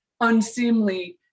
unseemly